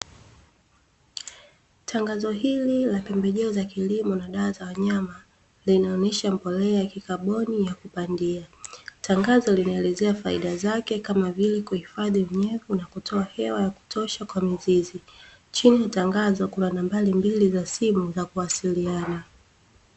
Tangazo hili la pembejeo za kilimo na dawa za wanyama na inaonyesha mbolea ya kikaboni ya kupandia. Tangazo limeelezea faida zake kama vile kuhifadhi unyevu na kotoa hewa ya kutosha kwa mizizi. Chini ya tangazo kuna nambari mbili za simu za kuwasiliana.